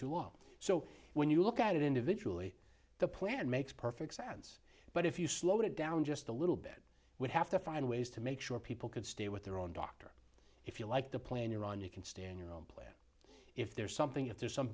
long so when you look at it individually the plan makes perfect sense but if you slowed it down just a little bit would have to find ways to make sure people could stay with their own doctor if you like the plan iran you can stand your own place if there's something if there's some